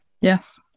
Yes